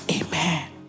Amen